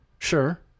Sure